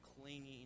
clinging